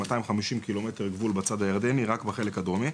250 ק"מ גבול בצד הירדני רק בחלק הדרומי.